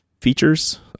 features